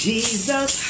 Jesus